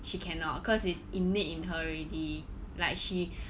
she cannot cause it's innate in her already like she